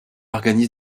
organise